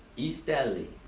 east valley,